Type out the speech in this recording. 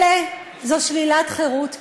כלא זה שלילת חירות קשה,